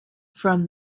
from